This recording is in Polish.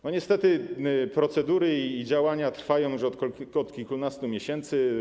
Niestety procedury i działania trwają już od kilkunastu miesięcy.